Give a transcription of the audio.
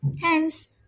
Hence